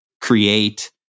create